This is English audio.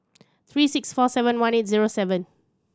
three six four seven one eight zero seven